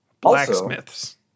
Blacksmiths